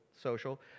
social